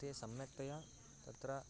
ते सम्यक्तया तत्र